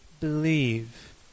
believe